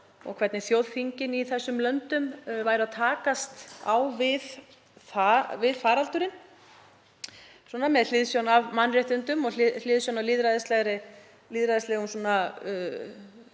og hvernig þjóðþingin í þessum löndum væru að takast á við faraldurinn með hliðsjón af mannréttindum og lýðræðislegum